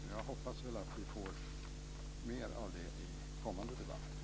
Jag hoppas att vi får mer av det i kommande debatt.